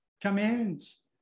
commands